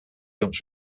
jumps